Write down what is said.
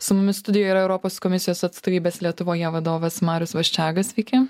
su mumis studijoje europos komisijos atstovybės lietuvoje vadovas marius vaščega sveiki